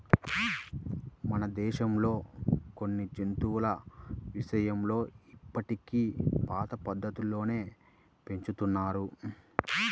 మన దేశంలో కొన్ని జంతువుల విషయంలో ఇప్పటికీ పాత పద్ధతుల్లోనే పెంచుతున్నారు